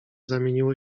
zamieniło